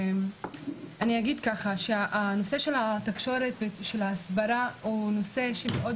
אני אגיד שהנושא של התקשורת וההסברה הוא נושא שמאוד